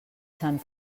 sant